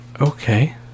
Okay